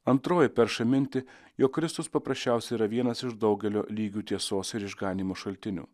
antroji perša mintį jog kristus paprasčiausiai yra vienas iš daugelio lygių tiesos ir išganymo šaltinių